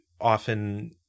often